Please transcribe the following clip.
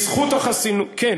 שבזכות החסינות כבר הרשעת אותו?